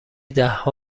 دهها